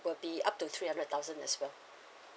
will be up to three hundred thousand as well